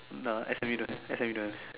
no S_M_U don't have S_M_U don't have